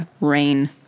rain